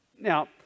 Now